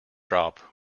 drop